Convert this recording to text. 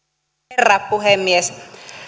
herra puhemies